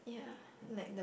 yeah like the